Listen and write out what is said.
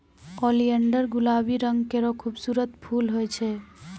oleander गुलाबी रंग केरो खूबसूरत फूल होय छै